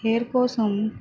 hair కోసం